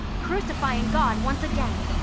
crucifying god once again.